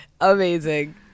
Amazing